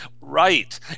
Right